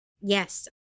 Yes